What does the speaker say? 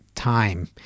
time